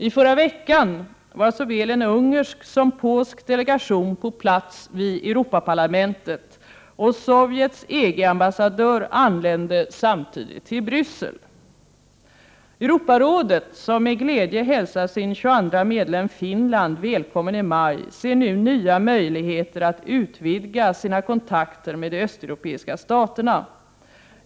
I förra veckan var såväl en ungersk som en polsk delegation på plats vid Europaparlamentet, och Sovjets EG-ambassadör anlände samtidigt till Bryssel. Europarådet, som med glädje hälsar sin 22:a medlem, Finland, välkommen i maj, ser nu nya möjligheter att utvidga sina kontakter med de östeuropeiska staterna.